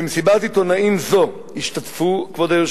במסיבת עיתונאים זו השתתפו, אדוני